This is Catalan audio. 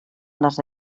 les